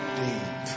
deep